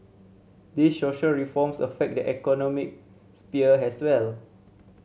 these social reforms affect the economic sphere as well